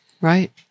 Right